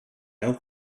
out